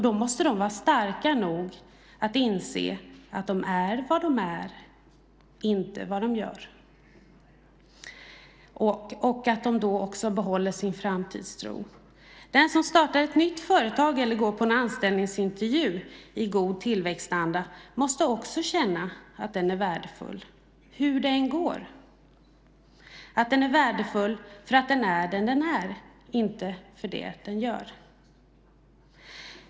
De måste vara starka nog att inse att de är vad de är, inte vad de gör, och de måste behålla sin framtidstro. Den som startar ett nytt företag eller går på en anställningsintervju i god tillväxtanda måste också känna att den är värdefull hur det än går, och att den är värdefull för att den är den den är, inte för det den gör.